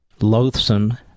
loathsome